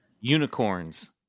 Unicorns